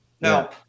Now